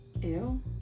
Ew